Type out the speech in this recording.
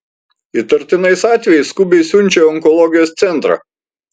įtartinais atvejais skubiai siunčia į onkologijos centrą